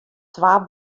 twa